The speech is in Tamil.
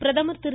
பிரதமர் திரு